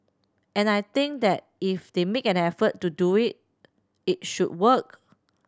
and I think that if they make an effort to do it it should work